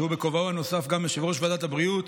שהוא בכובעו הנוסף גם יושב-ראש ועדת הבריאות,